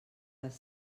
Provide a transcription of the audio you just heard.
les